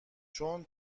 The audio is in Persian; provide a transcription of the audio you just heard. چون